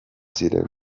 ziren